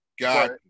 Got